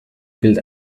bild